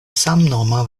samnoma